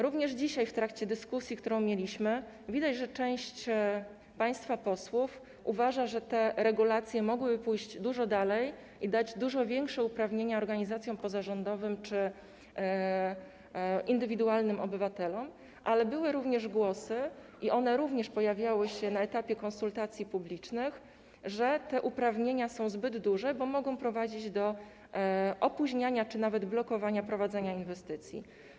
Również dzisiaj w trakcie dyskusji, którą mieliśmy, widać, że część państwa posłów uważa, że te regulacje mogłyby pójść dużo dalej i dać dużo większe uprawnienia organizacjom pozarządowym czy indywidualnym obywatelom, ale były również głosy, i one również pojawiały się na etapie konsultacji publicznych, że te uprawnienia są zbyt duże, bo mogą prowadzić do opóźniania czy nawet blokowania prowadzenia inwestycji.